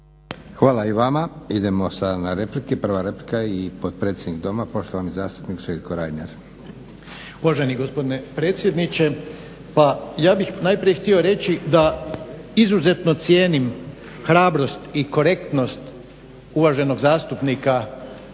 Hvala i vama. Idemo na replike. Prva replika i potpredsjednik doma, poštovani zastupnik Željko Reiner. **Reiner, Željko (HDZ)** Uvaženi gospodine predsjedniče, pa ja bih najprije htio reći da izuzetno cijenim hrabrost i korektnost uvaženog zastupnika koji je